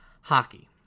Hockey